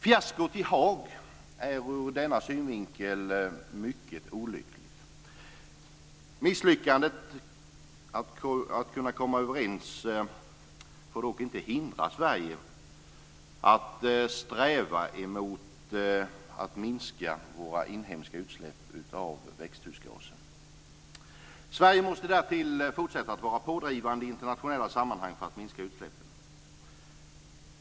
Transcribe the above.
Fiaskot i Haag är ur denna synvinkel mycket olyckligt. Misslyckandet att kunna komma överens får dock inte hindra Sverige att sträva mot att minska våra inhemska utsläpp av växthusgaser. Sverige måste därtill fortsätta att vara pådrivande i internationella sammanhang för att minska utsläppen.